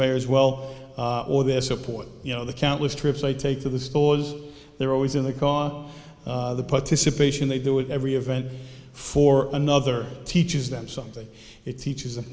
mayor as well or their support you know the countless trips i take to the stores they're always in the car the participation they do it every event for another teaches them something it teaches them